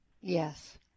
Yes